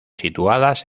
situadas